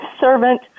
servant